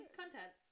content